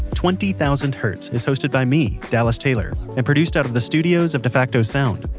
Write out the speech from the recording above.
twenty thousand hertz is hosted by me, dallas taylor, and produced out of the studios of defacto sound,